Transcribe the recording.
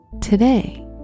today